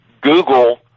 Google